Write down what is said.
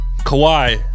Kawhi